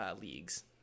leagues